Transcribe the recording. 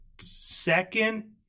second